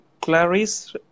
Clarice